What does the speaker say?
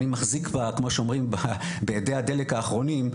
אני מחזיק כמו שאומרים באדי הדלק האחרונים,